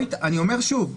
אני אומר שוב,